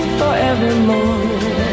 forevermore